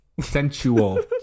sensual